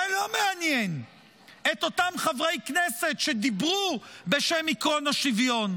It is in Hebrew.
זה לא מעניין את אותם חברי כנסת שדיברו בשם עקרון השוויון.